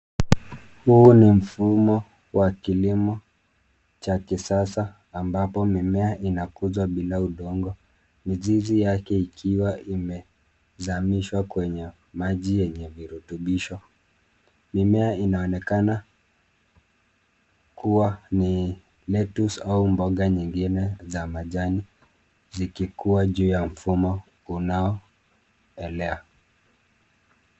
Huu ni mfumo wa kilimo cha kisasa, ambapo mimiea inakuzwa bila udongo. Mizizi yake ikiwa imezamishwa kwenye maji yenye virutubisho. Mimea inaonekana kuwa ni letucce au mboga nyingine za majani zikikua juu ya mfumo unao elea.